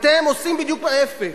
אתם עושים בדיוק ההיפך.